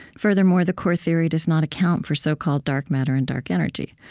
furthermore, the core theory does not account for so-called dark matter and dark energy.